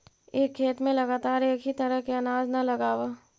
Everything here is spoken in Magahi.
एक खेत में लगातार एक ही तरह के अनाज न लगावऽ